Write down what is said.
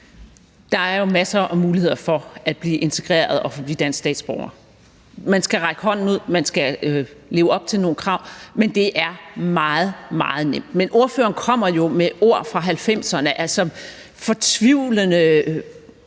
Der er jo masser af muligheder for at blive integreret og blive dansk statsborger. Man skal række hånden ud, man skal leve op til nogle krav, men det er meget, meget nemt. Men ordføreren kommer jo med ord fra 1990'erne, som viser en fortvivlende